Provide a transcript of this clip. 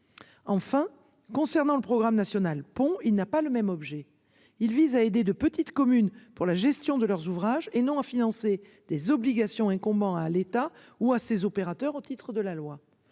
Enfin, concernant le programme national pont il n'a pas le même objet. Il vise à aider de petites communes pour la gestion de leurs ouvrages et non à financer des obligations incombant à l'État ou à ses opérateurs au titre de la loi.